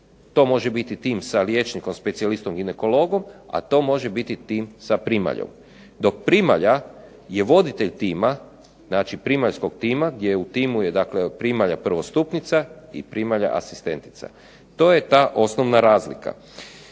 To može biti tim sa liječnikom specijalistom ginekologom, a to može biti tim sa primaljom. Dok primalja je voditelj tima, znači primaljskog tima gdje u timu je dakle primalja prvostupnica i primalja asistentica. To je ta osnovna razlika.